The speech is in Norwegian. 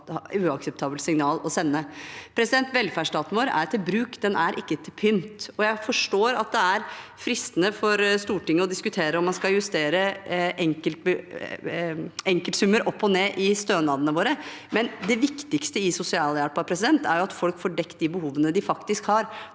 et helt uakseptabelt signal å sende. Velferdsstaten vår er til bruk, den er ikke til pynt. Jeg forstår at det er fristende for Stortinget å diskutere om man skal justere enkeltsummer opp og ned i stønadene våre, men det viktigste i sosialhjelpen er at folk får dekket de behovene de faktisk har.